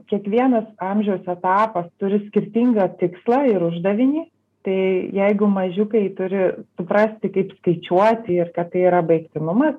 kiekvienas amžiaus etapas turi skirtingą tikslą ir uždavinį tai jeigu mažiukai turi suprasti kaip skaičiuoti ir kad tai yra baigtinumas